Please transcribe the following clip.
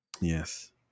Yes